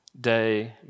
day